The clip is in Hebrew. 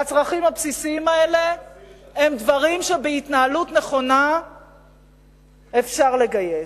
והצרכים הבסיסיים האלה הם דברים שבהתנהלות נכונה אפשר לגייס.